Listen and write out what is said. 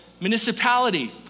municipality